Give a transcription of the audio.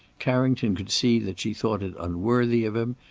carrington could see that she thought it unworthy of him,